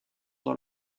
dans